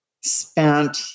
spent